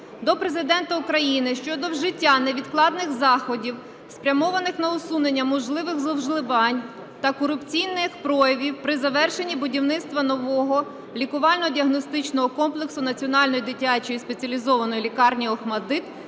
до Президента України щодо вжиття невідкладних заходів, спрямованих на усунення можливих зловживань та корупційних проявів при завершенні будівництва нового лікувально-діагностичного комплексу Національної дитячої спеціалізованої лікарні "Охматдит"